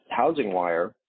HousingWire